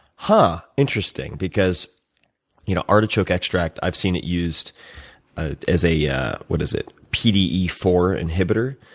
huh, interesting because you know artichoke extract, i've seen it used as a yeah what is it? p d e four inhibitor